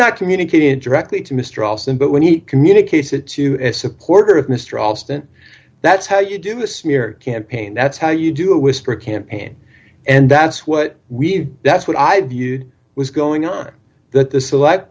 not communicated directly to mr alston but when he communicates it to a supporter of mr alston that's how you do a smear campaign that's how you do it whisper campaign and that's what we've that's what i viewed was going on that the select